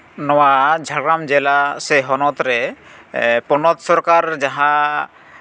ᱱᱚᱣᱟ ᱡᱷᱟᱲᱜᱨᱟᱢ ᱡᱮᱞᱟ ᱥᱮ ᱦᱚᱱᱚᱛ ᱨᱮ ᱯᱚᱱᱚᱛ ᱥᱚᱨᱠᱟᱨ ᱡᱟᱦᱟᱸ